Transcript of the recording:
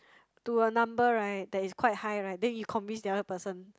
to a number right that is quite high right then you convince the other person